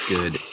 Good